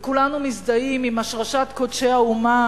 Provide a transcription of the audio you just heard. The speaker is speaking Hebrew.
וכולנו מזדהים עם השרשת קודשי האומה